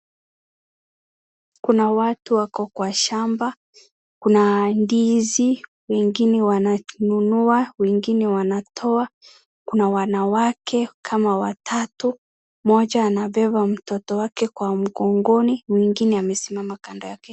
Kuna watu wako kwa shamba. Kuna ndizi, wengine wananunua wengine wanatoa. Kuna wanawake kama watatu, mmoja anabeba mtoto wake kwa mgongoni mwingine amesimama kando yake.